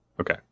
Okay